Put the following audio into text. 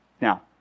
Now